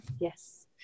Yes